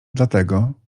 dlatego